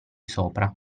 sopra